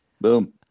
boom